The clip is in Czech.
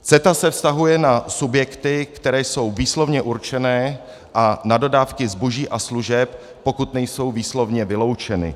CETA se vztahuje na subjekty, které jsou výslovně určeny, a na dodávky zboží a služeb, pokud nejsou výslovně vyloučeny.